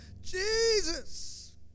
Jesus